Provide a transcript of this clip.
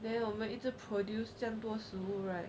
then 我们一直 produced 这样多食物 right